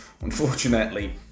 Unfortunately